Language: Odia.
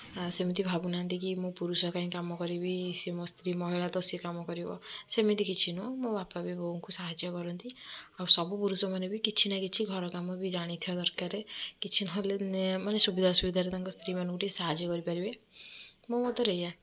ଆ ସେମିତି ଭାବୁ ନାହାଁନ୍ତି କି ମୁଁ ପୁରୁଷ କାହିଁ କାମ କରିବି ସିଏ ମୋ ସ୍ତ୍ରୀ ମହିଳା ତ ସିଏ କାମ କରିବ ସେମିତି କିଛି ନୁହଁ ମୋ ବାପାବି ବୋଉଙ୍କୁ ସାହାଯ୍ୟ କରନ୍ତି ଆଉ ସବୁ ପୁରୁଷ ମାନେ ବି କିଛିନା କିଛି ଘର କାମ ବି ଜାଣିଥିବା ଦରକାର କିଛି ନହଲେ ନେ ମାନେ ସୁବିଧା ଅସୁବିଧାରେ ତାଙ୍କ ସ୍ତ୍ରୀମାନଙ୍କୁ ଟିକିଏ ସାହାଯ୍ୟ କରିପାରିବେ ମୋ ମତରେ ଏଇଆ